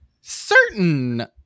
certain